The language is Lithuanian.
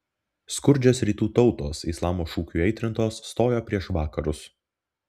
skurdžios rytų tautos islamo šūkių įaitrintos stojo prieš vakarus